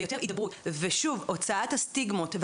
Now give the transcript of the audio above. יותר הידברות והוצאות הסטיגמות,